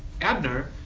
Abner